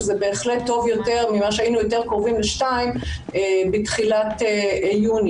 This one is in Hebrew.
שזה בהחלט טוב יותר ממה שהיינו יותר קרובים ל-2 בתחילת יוני.